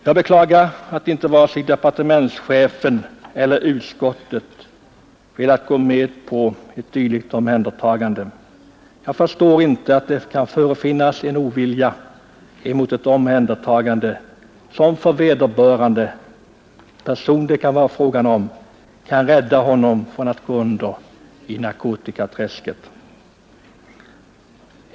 Jag beklagar att inte vare sig departementschefen eller utskottet velat gå med på ett dylikt omhändertagande. Jag förstår inte att det kan förefinnas en ovilja emot ett omhändertagande som kan rädda vederbörande från att gå under i narkotikaträsket.